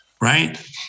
right